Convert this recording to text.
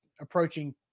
approaching